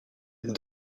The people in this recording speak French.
une